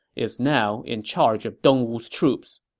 is now in charge of dongwu's troops.